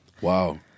Wow